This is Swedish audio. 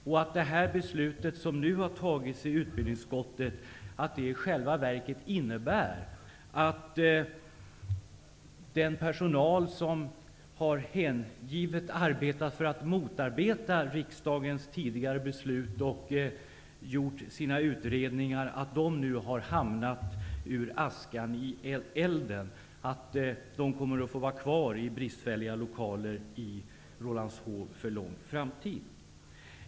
Innebär det förslag som utskottet tillstyrker att den personal som hängivet motarbetat riksdagens tidigare beslut och som gjort egna utredningar nu råkar ur askan i elden? Kommer personalen att få stanna kvar i bristfälliga lokaler i Rålambshov för lång framtid?